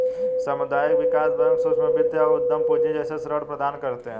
सामुदायिक विकास बैंक सूक्ष्म वित्त या उद्धम पूँजी जैसे ऋण प्रदान करते है